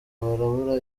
barabura